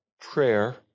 prayer